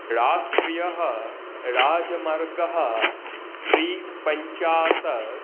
राष्ट्रियः राजमार्गः त्रिपञ्चाशत्